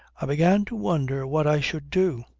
i began to wonder what i should do.